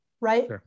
right